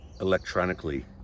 electronically